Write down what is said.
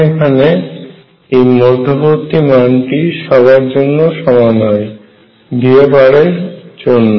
এবং এখানে এই মধ্যবর্তী মানটি সবার জন্য সমান হয় V এর জন্য